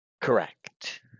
Correct